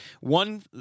One